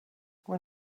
when